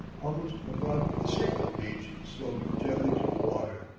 almost, a broad shingle beach sloped gently to the water.